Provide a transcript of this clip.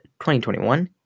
2021